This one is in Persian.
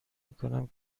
میکنم